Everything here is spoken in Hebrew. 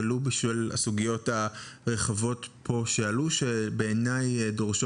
ולו בשל הסוגיות הרחבות שעלו פה שבעיניי דורשות